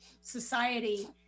society